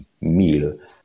meal